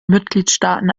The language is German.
mitgliedstaaten